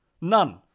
None